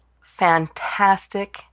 fantastic